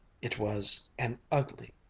it was an ugly,